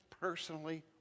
personally